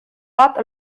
bat